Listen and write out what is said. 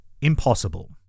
impossible